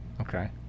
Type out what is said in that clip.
Okay